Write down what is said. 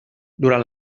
durant